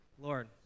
Lord